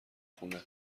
خونه